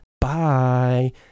bye